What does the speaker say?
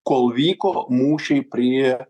kol vyko mūšiai prie